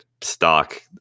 stock